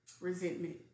resentment